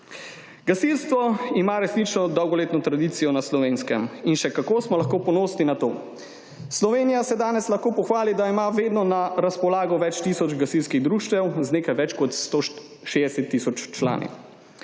Gasilstvo ima resnično dolgoletno tradicijo na Slovenskem in še kako smo lahko ponosni na to. Slovenija se danes lahko pohvali, da ima vedno na razpolago več tisoč gasilskih društev z nekaj več kot 160 tisoč člani,